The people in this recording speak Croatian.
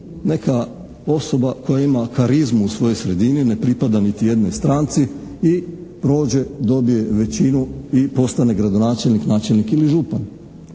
neka osoba koja ima karizmu u svojoj sredini, ne pripada niti jednoj stranci i prođe, dobije većinu i postane gradonačelnik, načelnik ili župan.